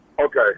Okay